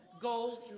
gold